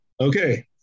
Okay